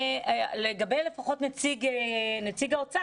לגבי נציג האוצר,